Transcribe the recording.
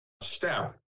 step